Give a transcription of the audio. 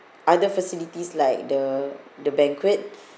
other facilities like the the banquet